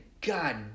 god